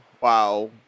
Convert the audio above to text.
wow